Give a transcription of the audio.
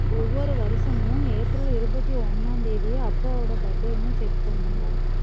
ஒவ்வொரு வருஷமும் ஏப்ரல் இருபத்து ஒன்றாந்தேதிய அப்பாவோடய பர் டேன்னு செட் பண்ணு